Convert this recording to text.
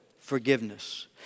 forgiveness